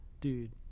dude